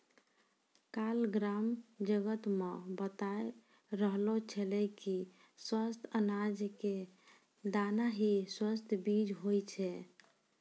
काल ग्राम जगत मॅ बताय रहलो छेलै कि स्वस्थ अनाज के दाना हीं स्वस्थ बीज होय छै